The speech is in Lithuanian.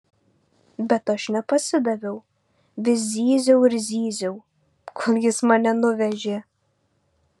bet aš nepasidaviau vis zyziau ir zyziau kol jis mane nuvežė